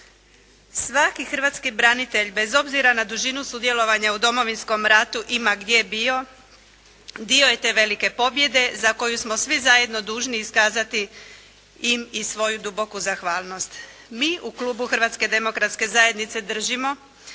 Svaki hrvatski branitelj bez obzira na dužinu sudjelovanja u Domovinskom ratu i ma gdje bio dio je te velike pobjede za koju smo svi zajedno dužni iskazati im i svoju duboku zahvalnost. Mi u klubu Hrvatske demokratske zajednice držimo